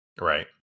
right